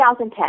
2010